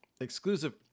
Exclusive